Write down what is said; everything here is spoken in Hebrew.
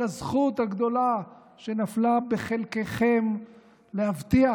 על הזכות הגדולה שנפלה בחלקכם להבטיח